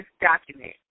document